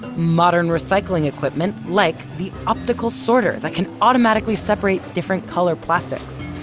modern recycling equipment like the optical sorter that can automatically separate different color plastics.